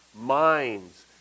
minds